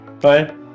Bye